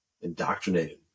indoctrinated